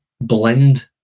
blend